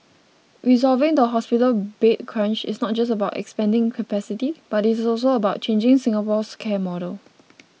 resolving the hospital bed crunch is not just about expanding capacity but it is also about changing Singapore's care model